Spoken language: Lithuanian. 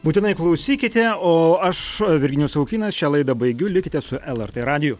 būtinai klausykite o aš virginijus savukynas šią laidą baigiu likite su lrt radiju